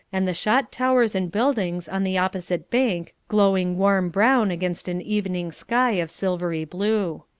and the shot towers and buildings on the opposite bank glowing warm brown against an evening sky of silvery blue.